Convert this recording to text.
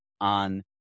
on